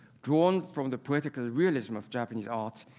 drawn from the poetical realism of japanese art,